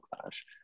Clash